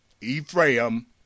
Ephraim